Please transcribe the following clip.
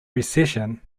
recession